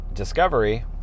discovery